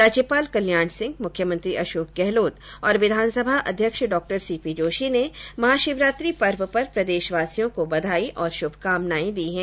राज्यपाल कल्याण सिंह मुख्यमंत्री अशोक गहलोत और विधानसभा अध्यक्ष डॉ सीपी जोशी ने महाशिवरात्रि पर्व पर प्रदेशवासियों को बधाई और शुभकामनाएं दी हैं